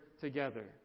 together